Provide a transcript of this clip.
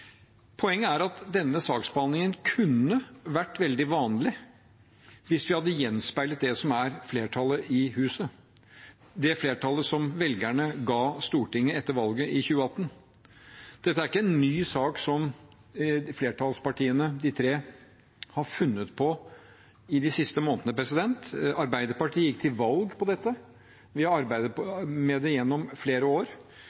Poenget er at denne saksbehandlingen kunne vært veldig vanlig hvis den hadde gjenspeilet det som er flertallet i huset, det flertallet som velgerne ga Stortinget etter valget i 2018. Dette er ikke en ny sak som de tre flertallspartiene har funnet på i de siste månedene. Arbeiderpartiet gikk til valg på dette, vi har arbeidet med det gjennom flere år,